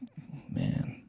man